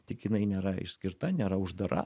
tik jinai nėra išskirta nėra uždara